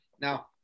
Now